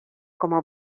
como